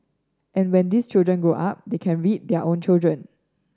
and when these children grow up they can read their children